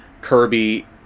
Kirby